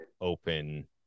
open